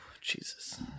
Jesus